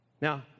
Now